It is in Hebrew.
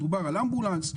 מדובר באמבולנס,